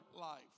life